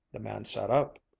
the man sat up,